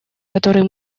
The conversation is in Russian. который